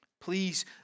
please